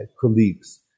colleagues